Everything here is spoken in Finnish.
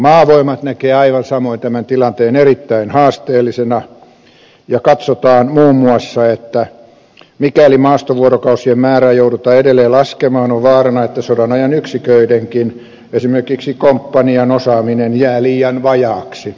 maavoimat näkee aivan samoin tämän tilanteen erittäin haasteellisena ja katsotaan muun muassa että mikäli maastovuorokausien määrää joudutaan edelleen laskemaan on vaarana että sodan ajan yksiköidenkin esimerkiksi komppanian osaaminen jää liian vajaaksi